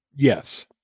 yes